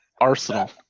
Arsenal